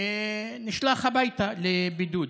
נשלח הביתה לבידוד.